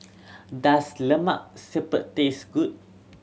does Lemak Siput taste good